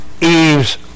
Eve's